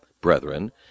brethren